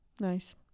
nice